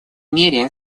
мере